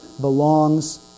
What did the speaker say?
belongs